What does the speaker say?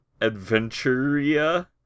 Adventuria